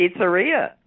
pizzeria